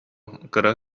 кыра